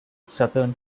southern